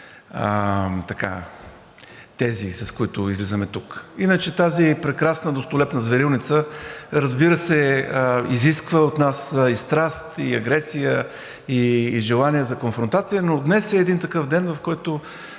тези, с които излизаме тук. Иначе тази прекрасна достолепна зверилница, разбира се, изисква от нас и страст, и агресия, и желание за конфронтация, но днес е един такъв ден, в който